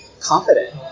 confident